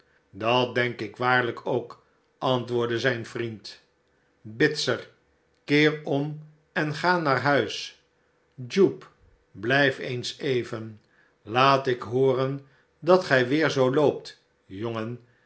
dat denk ik waarlijk ook antwoordde zijn vriend bitzer keer om en ga naar huis jupe blijf eens even laat ik hooren dat gij weer zoo loopt jongen